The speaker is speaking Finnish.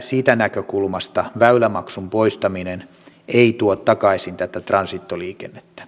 siitä näkökulmasta väylämaksun poistaminen ei tuo takaisin tätä transitoliikennettä